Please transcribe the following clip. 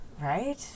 right